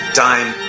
time